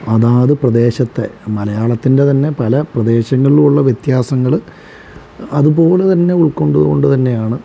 അതാത് പ്രദേശത്തെ മലയാളത്തിൻ്റെ തന്നെ പല പല പ്രദേശങ്ങളിലും ഉള്ള വ്യത്യാസങ്ങള് അതുപോലെ തന്നെ ഉൾക്കൊണ്ട് കൊണ്ട് തന്നെയാണ്